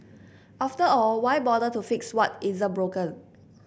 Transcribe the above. after all why bother to fix what isn't broken